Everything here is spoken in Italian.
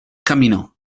camminò